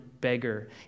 beggar